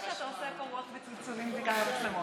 או שאתה עושה פה רוח וצלצולים בגלל המצלמות?